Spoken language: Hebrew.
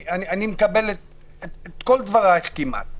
אני מקבל את כל דברייך כמעט.